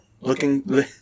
looking